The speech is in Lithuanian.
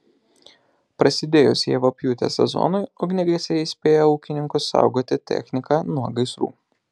prasidėjus javapjūtės sezonui ugniagesiai įspėja ūkininkus saugoti techniką nuo gaisrų